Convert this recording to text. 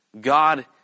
God